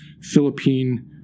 Philippine